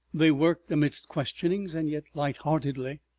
they worked amidst questionings, and yet light-heartedly.